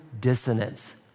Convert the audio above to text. dissonance